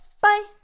Bye